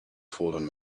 fallen